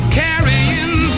carrying